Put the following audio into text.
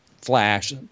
flash